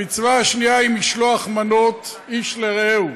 המצווה השנייה היא משלוח מנות איש לרעהו.